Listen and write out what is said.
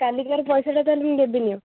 କାଲିକାର ପଇସାଟା ତା'ହେଲେ ମୁଁ ଦେବିନି ଆଉ